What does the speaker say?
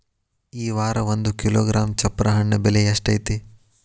ಈ ವಾರ ಒಂದು ಕಿಲೋಗ್ರಾಂ ಚಪ್ರ ಹಣ್ಣ ಬೆಲೆ ಎಷ್ಟು ಐತಿ?